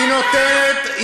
נותנת, מה?